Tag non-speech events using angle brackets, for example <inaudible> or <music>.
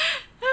<laughs>